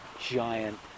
giant